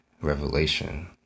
revelation